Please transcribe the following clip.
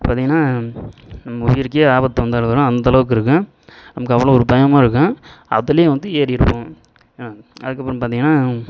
பார்த்தீங்கன்னா உயிருக்கே ஆபத்து வந்தாலும் வரும் அந்த அளவுக்கு இருக்கும் அங்கே அவ்வளோ ஒரு பயமாக இருக்கும் அதுலேயும் வந்து ஏறிடுவோம் அதுக்கப்பறம் பார்த்தீங்கன்னா